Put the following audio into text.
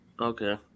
Okay